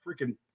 freaking